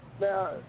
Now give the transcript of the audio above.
Now